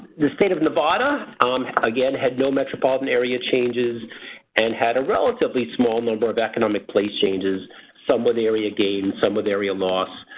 the state of nevada again had no metropolitan area changes and had a relatively small number of economic place changes some with area gain some with area loss.